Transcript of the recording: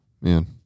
Man